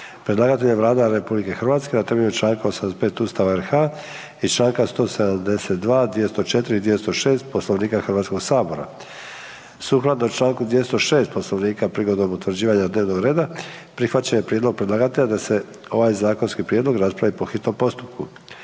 Predlagatelj je Vlada Republike Hrvatske na temelju članka 85. Ustava RH i članka 172., 204. i 206. Poslovnika Hrvatskog sabora. Sukladno članku 206. Poslovnika prigodom utvrđivanja dnevnog reda, prihvaćen je prijedlog predlagatelja da se ovaj zakonski prijedlog raspravi po hitnom postupku.